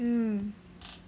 mm